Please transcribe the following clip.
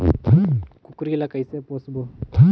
कूकरी ला कइसे पोसबो?